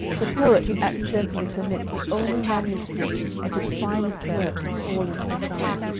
the poet who accidentally permits the only manuscript of his finest work to fall into the fire,